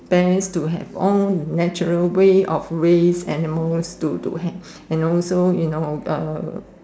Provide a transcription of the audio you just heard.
best to have own and natural way of raise animals to to have and also you know uh